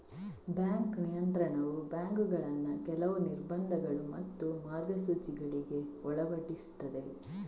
bank ನಿಯಂತ್ರಣವು ಬ್ಯಾಂಕುಗಳನ್ನ ಕೆಲವು ನಿರ್ಬಂಧಗಳು ಮತ್ತು ಮಾರ್ಗಸೂಚಿಗಳಿಗೆ ಒಳಪಡಿಸ್ತದೆ